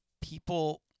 people